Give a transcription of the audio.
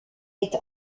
est